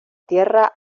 tierra